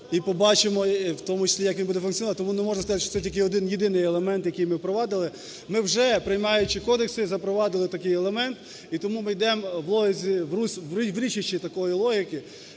в тому числі, як він буде функціонувати. Тому неможна сказати, що це тільки один-єдиний елемент, який ми впровадили. Ми вже, приймаючи кодекси, запровадили такий елемент, і тому ми йдемо в річищі такої логіки.